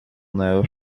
know